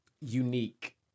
unique